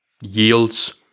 yields